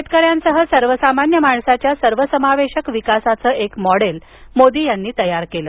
शेतकऱ्यांसह सर्वसामान्य माणसाच्या सर्वसमावेशक विकासाचं एक मॉडेल मोदी यांनी तयार केलं